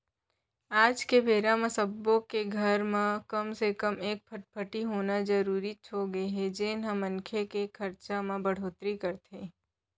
आज के बेरा म सब्बो के घर म कम से कम एक फटफटी के होना तो जरूरीच होगे हे जेन ह मनखे के खरचा म बड़होत्तरी करथे